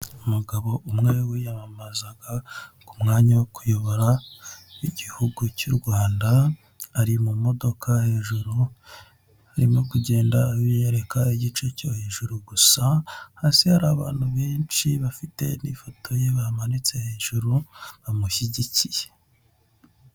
Umugabo umwe wiyamamazaga ku mwanya wo kuyobora igihugu cy'u Rwanda ari mu modoka hejuru, arimo kugenda abiyereka igice cyo hejuru gusa, hasi hari abantu benshi bafite n'ifoto ye bamanitse hejuru bamushyigikiye.